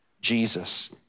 Jesus